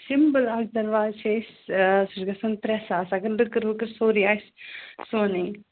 simple اَکھ دَرواز چھِ أسۍ سُہ چھِ گژھان ترٛےٚ ساس اگر لٔکٕر ؤکٕر سورُے آسہِ سونٕے